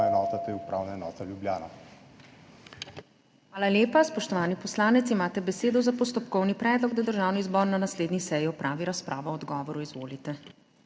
MAG. URŠKA KLAKOČAR ZUPANČIČ: Hvala lepa. Spoštovani poslanec, imate besedo za postopkovni predlog, da Državni zbor na naslednji seji opravi razpravo o odgovoru. Izvolite.